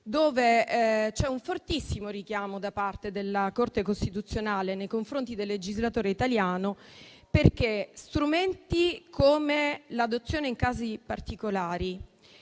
dove c'è un fortissimo richiamo da parte della Corte costituzionale nei confronti del legislatore italiano, perché strumenti come l'adozione in casi particolari